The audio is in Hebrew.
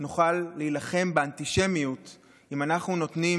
נוכל להילחם באנטישמיות אם אנחנו נותנים